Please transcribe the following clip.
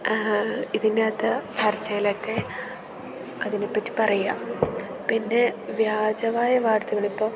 ഇതിൻ്റെ അകത്ത് ചർച്ചയിലൊക്കെ അതിനെ പറ്റി പറയാൻ പിന്നെ വ്യാജമായ വാർത്തകൾ ഇപ്പോൾ